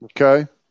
Okay